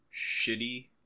shitty